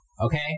okay